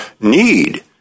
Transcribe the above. need